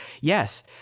Yes